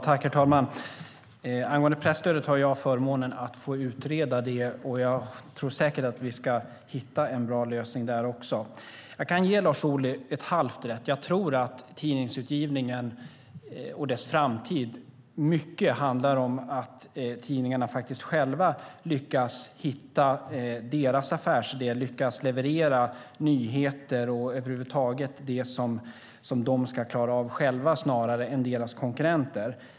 Herr talman! Angående presstödet har jag förmånen att få utreda det, och jag tror säkert att vi ska hitta en bra lösning där också. Jag kan ge Lars Ohly ett halvt rätt. När det gäller tidningsutgivningen och dess framtid tror jag att mycket handlar om att tidningarna själva lyckas hitta sin affärsidé och lyckas leverera nyheter och över huvud taget det som de ska klara av själva snarare än deras konkurrenter.